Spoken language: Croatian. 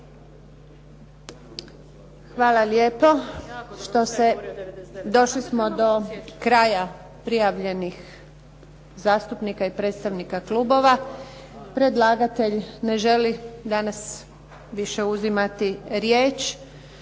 Hvala lijepo. Došli smo do kraja prijavljenih zastupnika i predstavnika klubova. Predlagatelj ne želi više danas uzimati riječ.